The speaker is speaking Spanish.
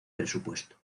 presupuesto